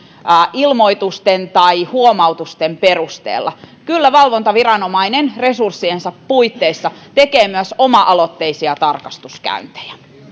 ilmoitusten tai huomautusten perusteella kyllä valvontaviranomainen resurssiensa puitteissa tekee myös oma aloitteisia tarkastuskäyntejä